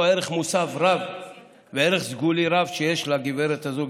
ערך מוסף רב וערך סגולי רב שיש לגברת הזו,